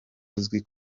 uzi